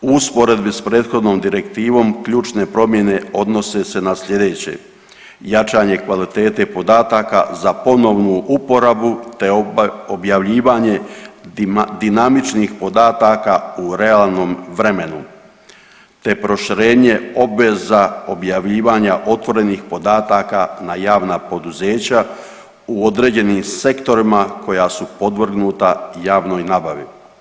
U usporedbi sa prethodnom direktivom ključne promjene odnose se na sljedeće: jačanje kvalitete podataka za ponovnu uporabu, te objavljivanje dinamičnih podataka u realnom vremenu, te proširenje obveza objavljivanja otvorenih podataka na javna poduzeća u određenim sektorima koja su podvrgnuta javnoj nabavi.